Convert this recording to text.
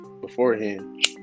beforehand